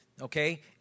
okay